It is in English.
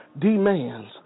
demands